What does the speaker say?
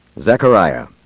Zechariah